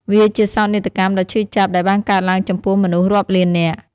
វាជាសោកនាដកម្មដ៏ឈឺចាប់ដែលបានកើតឡើងចំពោះមនុស្សរាប់លាននាក់។